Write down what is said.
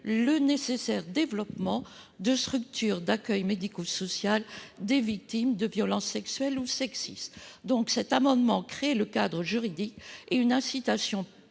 le nécessaire développement de structures d'accueil médico-sociales des victimes de violences sexuelles ou sexistes. Cet amendement tend à créer un cadre juridique adapté et